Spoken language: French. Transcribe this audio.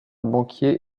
banquier